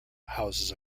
houses